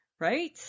Right